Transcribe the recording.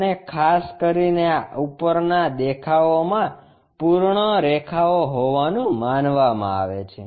અને ખાસ કરીને આ ઉપરના દેખાવમાં પૂર્ણ રેખાઓ હોવાનું માનવામાં આવે છે